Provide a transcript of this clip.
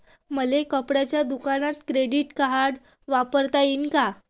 मले कपड्याच्या दुकानात क्रेडिट कार्ड वापरता येईन का?